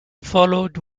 followed